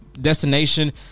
destination